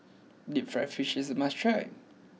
Deep Fried Fish is a must try